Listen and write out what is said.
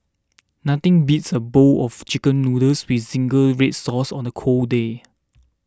nothing beats a bowl of Chicken Noodles with Zingy Red Sauce on a cold day